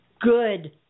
good